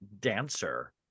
dancer